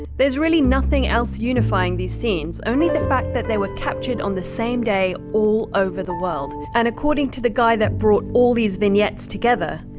there is really nothing else unifying these scenes only the fact that they were captured on the same day all over the world. and according to the guy that brought all these vignettes together,